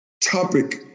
topic